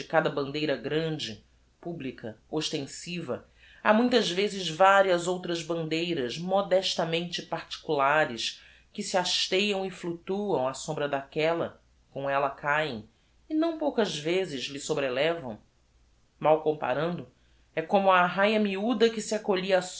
cada bandeira grande publica ostensiva ha muitas vezes varias outras bandeiras modestamente particulares que se hasteam e fluctuam á sombra daquella com ella cahem e não poucas vezes lhe sobrelevam mal comparando é como a arraia miuda que se acolhia